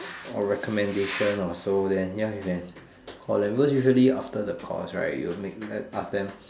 or recommendation or so then ya you can call them because usually after the calls right you make them ask them